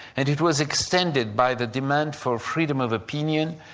and it was extended by the demand for freedom of opinion,